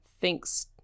thinks